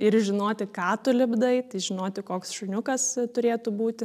ir žinoti ką tu lipdai tai žinoti koks šuniukas turėtų būti